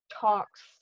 talks